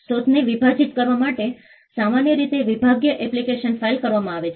શોધને વિભાજીત કરવા માટે સામાન્ય રીતે વિભાગીય એપ્લિકેશન ફાઇલ કરવામાં આવે છે